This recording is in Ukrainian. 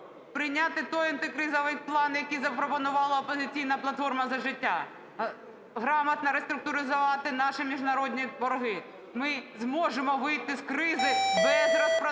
прийняти той антикризовий план, який запропонувала "Опозиційна платформа - За життя" – грамотно реструктуризувати наші міжнародні борги, ми зможемо вийти з кризи без розпродажу